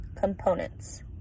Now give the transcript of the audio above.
components